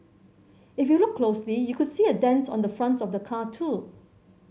if you look closely you could see a dent on the front of the car too